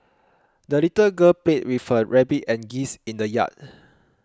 the little girl played with her rabbit and geese in the yard